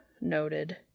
Noted